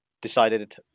decided